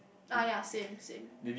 ah ya same same